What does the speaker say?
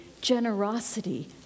generosity